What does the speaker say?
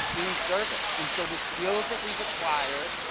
in-service. and so the skills that we've acquired,